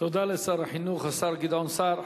תודה לשר החינוך השר גדעון שר.